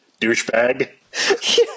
Douchebag